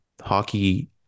hockey